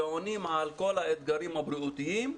ועונים על כל האתגרים הבריאותיים,